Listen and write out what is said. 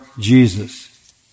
Jesus